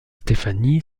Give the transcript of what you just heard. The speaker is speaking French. stephanie